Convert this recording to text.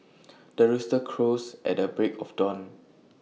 the rooster crows at the break of dawn